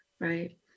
right